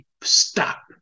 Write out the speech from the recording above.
stop